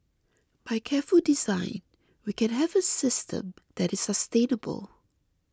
by careful design we can have a system that is sustainable